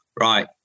right